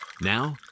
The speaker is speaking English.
Now